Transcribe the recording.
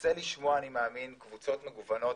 וננסה לשמוע אני מאמין קבוצות מגוונות.